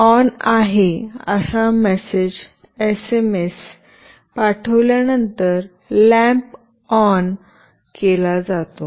"on आहे" असा message SMS पाठविल्यावर लॅम्प ऑन केला जातो